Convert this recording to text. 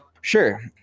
sure